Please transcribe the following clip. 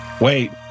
Wait